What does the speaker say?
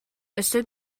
өссө